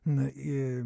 na ir